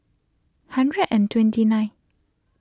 hundred and twenty nine